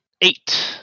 Eight